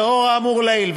לאור האמור לעיל,